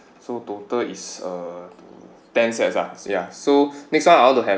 so total is uh t~ ten sets ah ya so next one I want to have